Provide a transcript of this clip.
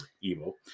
evil